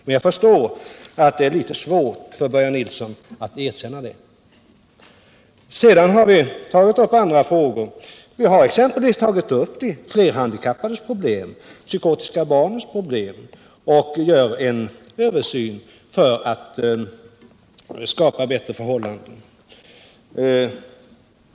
Men jag förstår att det är svårt för Börje Nilsson att erkänna det. Sedan har vi också tagit upp andra frågor, t.ex. de flerhandikappades problem och psykotiska barns problem, och vi gör en översyn för att skapa bättre förhållanden.